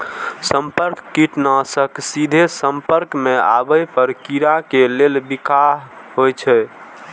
संपर्क कीटनाशक सीधे संपर्क मे आबै पर कीड़ा के लेल बिखाह होइ छै